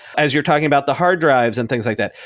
as you're talking about the hard drives and things like that.